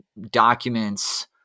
documents